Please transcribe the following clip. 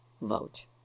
vote